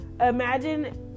Imagine